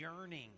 yearning